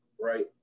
Right